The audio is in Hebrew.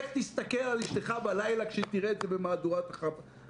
איך תסתכל על אשתך בלילה כשהיא תראה את זה במהדורת החדשות?